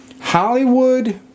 Hollywood